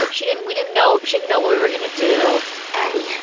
like she didn't we didn't know she didn't know what we were going to do abbi.